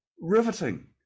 Riveting